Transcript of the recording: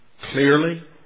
clearly